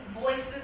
Voices